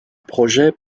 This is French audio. projet